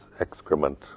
excrement